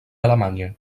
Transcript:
alemanya